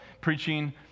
preaching